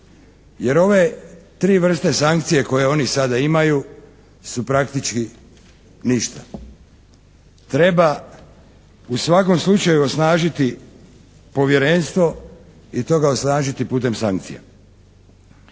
Jer ove tri vrste sankcija koje oni sada imaju su praktički ništa. Treba u svakom slučaju osnažiti Povjerenstvo i to ga osnažiti putem sankcija.